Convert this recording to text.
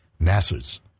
NASA's